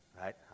Right